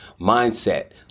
mindset